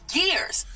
years